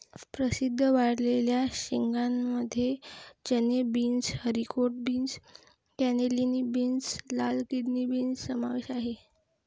प्रसिद्ध वाळलेल्या शेंगांमध्ये चणे, beans, haricot beans, cannellini beans, लाल किडनी बीन्स समावेश आहे